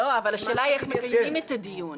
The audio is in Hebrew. השאלה היא איך מקיימים את הדיון.